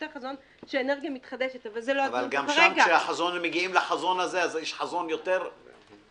לחזון הזה, אז יש חזון יותר --- לא,